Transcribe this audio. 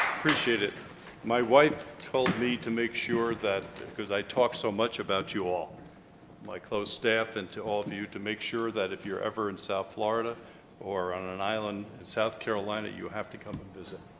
appreciate it my wife told me to make sure that because i talk so much about you all my close staff and to all of you to make sure that if you're ever in south florida or on an island in south carolina you have to come and visit